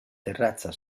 terrazza